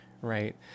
Right